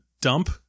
dump